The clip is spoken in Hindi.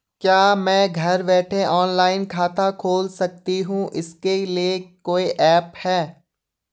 क्या मैं घर बैठे ऑनलाइन खाता खोल सकती हूँ इसके लिए कोई ऐप है?